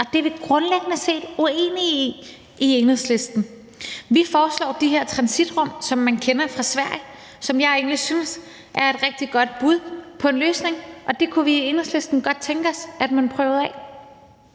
og det er vi grundlæggende set uenige i i Enhedslisten. Vi foreslår de her transitrum, som man kender fra Sverige. Det synes jeg egentlig er et rigtig godt bud på en løsning, og det kunne vi i Enhedslisten godt tænke os at man prøvede af.